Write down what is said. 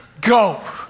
go